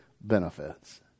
benefits